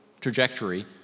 trajectory